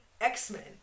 x-men